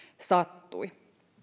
sattui